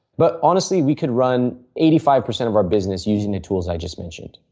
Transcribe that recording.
but, honestly, we could run eighty five percent of our business using the tools i just mentioned.